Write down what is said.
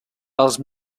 els